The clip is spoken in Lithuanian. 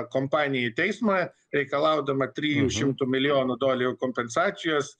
kompaniją į teismą reikalaudama trijų šimtų milijonų dolerių kompensacijos